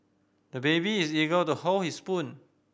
the baby is eager to hold his spoon